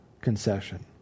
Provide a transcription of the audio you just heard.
concession